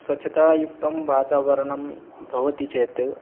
स्वच्छतायुक्तं वातावरणं भवति चेत्